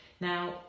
Now